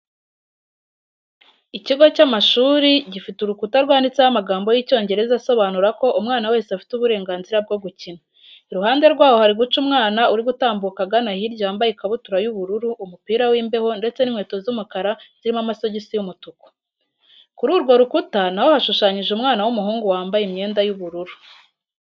Ikigo cy'amashuri gifite urukuta rwanditseho amagambo y'Icyongereza asobanura ko umwana wese afite uburengazira bwo gukina. Iruhande rwaho hari guca umwana uri gutambuka agana hirya wambaye ikabutura y'ubururu, umupira w'imbeho ndetse n'inkweto z'umukara zirimo amasogisi y'umutuku. Kuri urwo rukuta na ho hashushanyije umwana w'umuhungu wambaye imyenda y'ubururu.